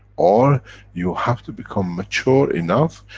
or you have to become mature enough,